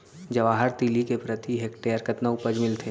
जवाहर तिलि के प्रति हेक्टेयर कतना उपज मिलथे?